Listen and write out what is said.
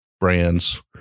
brands